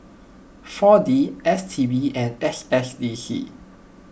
four D S T B and S S D C